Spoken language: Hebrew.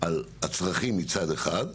על הצרכים מצד אחד,